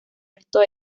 restos